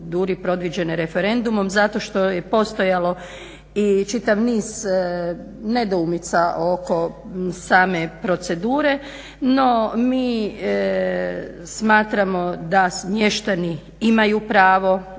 predviđene referendumom zato što je postojalo i čitav niz nedoumica oko same procedure. No mi smatramo da mještani imaju pravo,